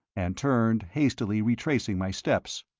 and turned, hastily retracing my steps.